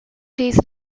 days